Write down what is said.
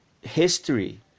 history